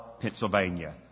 Pennsylvania